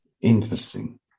Interesting